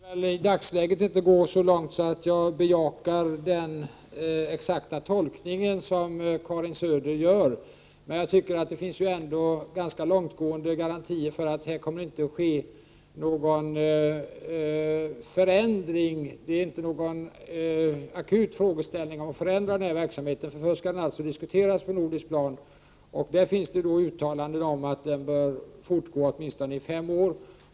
Herr talman! Jag vill väl i dagsläget inte gå så långt att jag bejakar exakt den tolkning som Karin Söder gör. Det finns ändå ganska långtgående garantier för att någon förändring inte kommer att ske. Det är alltså inte någon akut fråga — att förändra verksamheten. Den skall nämligen först diskuteras på nordiskt plan, och det finns uttalanden om att verksamheten bör fortgå i minst fem år.